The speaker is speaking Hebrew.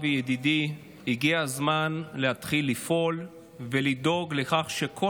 אבי ידידי: הגיע הזמן להתחיל לפעול ולדאוג לכך שכל